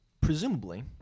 presumably